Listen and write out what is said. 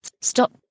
Stop